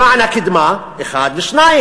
1. למען הקידמה, ו-2.